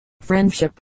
friendship